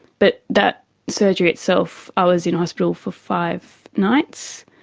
but that surgery itself, i was in hospital for five nights,